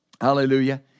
Hallelujah